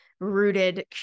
rooted